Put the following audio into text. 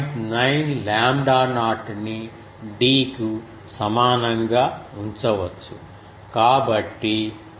9 lambda not ని d కు సమానంగా ఉంచవచ్చు కాబట్టి ఇది 2